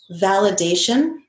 validation